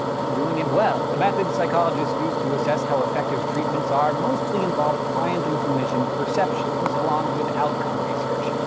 and doing it well. the methods psychologists use to assess how effective treatments are mostly involve client and clinician perceptions along with outcome research.